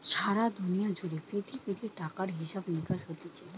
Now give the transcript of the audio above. সারা দুনিয়া জুড়ে পৃথিবীতে টাকার হিসাব নিকাস হতিছে